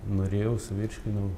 norėjau suvirškinau